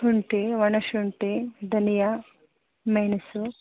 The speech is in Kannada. ಶುಂಠಿ ಒಣಶುಂಠಿ ಧನಿಯಾ ಮೆಣಸು